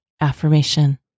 AFFIRMATION